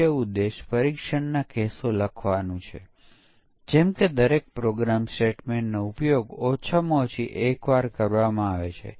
આ black box પરીક્ષણ મુશ્કેલ છે કારણ કે સામાન્ય રીતે વ્યવહારુ સોફ્ટવેર માટે યુનિટ માટેનો ડેટા ખૂબ મોટો હશે